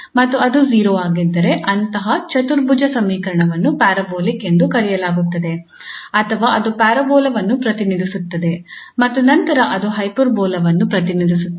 ಮತ್ತು ಅದು 0 ಆಗಿದ್ದರೆ ಅಂತಹ ಚತುರ್ಭುಜ ಸಮೀಕರಣವನ್ನು ಪ್ಯಾರಾಬೋಲಿಕ್ ಎಂದು ಕರೆಯಲಾಗುತ್ತದೆ ಅಥವಾ ಅದು ಪ್ಯಾರಾಬೋಲಾವನ್ನು ಪ್ರತಿನಿಧಿಸುತ್ತದೆ ಮತ್ತು ನಂತರ ಅದು ಹೈಪರ್ಬೋಲವನ್ನು ಪ್ರತಿನಿಧಿಸುತ್ತದೆ